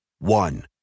One